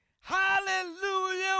Hallelujah